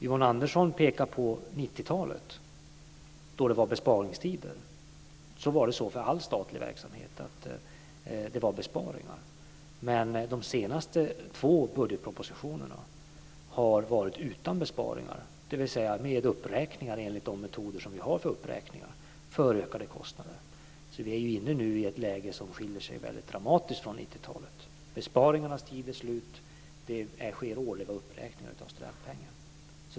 Yvonne Andersson pekar på 90-talet då det var besparingstider. Då var det besparingar för all statlig verksamhet. Men de senaste två budgetpropositionerna har varit utan besparingar, dvs. med uppräkningar enligt de metoder som vi har för uppräkningar för ökade kostnader. Vi är nu i ett läge som skiljer sig dramatiskt från läget på 90-talet. Besparingarnas tid är slut. Det sker årliga uppräkningar av studentpengen.